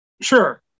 Sure